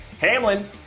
Hamlin